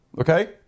okay